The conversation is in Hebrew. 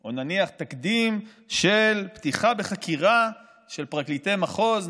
או נניח תקדים של פתיחה בחקירה של פרקליטי מחוז,